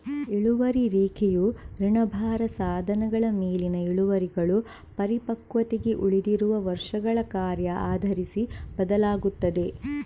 ಇಳುವರಿ ರೇಖೆಯು ಋಣಭಾರ ಸಾಧನಗಳ ಮೇಲಿನ ಇಳುವರಿಗಳು ಪರಿಪಕ್ವತೆಗೆ ಉಳಿದಿರುವ ವರ್ಷಗಳ ಕಾರ್ಯ ಆಧರಿಸಿ ಬದಲಾಗುತ್ತದೆ